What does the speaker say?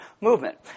movement